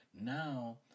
Now